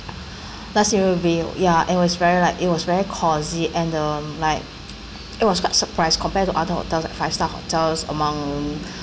view ya it was very like it was very cosy and um like it was quite surprised compared to other hotels like five star hotels among